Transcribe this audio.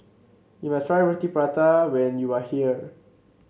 you must try Roti Prata when you are here